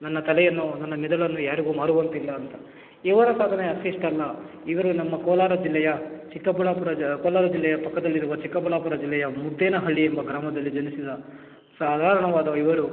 ನನ್ನ ತಲೆಯನ್ನು ನನ್ನ ಮೆದುಳನ್ನು ಯಾರಿಗೂ ಮಾರುವಂತಿಲ್ಲ ಅಂತ ಇವರ ಸಾಧನೆ ಅಷ್ಟಿಷ್ಟಲ್ಲ ಇವರು ನಮ್ಮ ಕೋಲಾರ ಜಿಲ್ಲೆಯ ಚಿಕ್ಕಬಳ್ಳಾಪುರ ಕೋಲಾರ ಜಿಲ್ಲೆಯ ಪಕ್ಕದಲ್ಲಿ ಇರುವ ಚಿಕ್ಕಬಳ್ಳಾಪುರ ಜಿಲ್ಲೆಯ ಮುದ್ದೇನಹಳ್ಳಿ ಎಂಬ ಗ್ರಾಮದಲ್ಲಿ ಜನಿಸಿದ ಸಾಧಾರಣವಾದ ಇವರು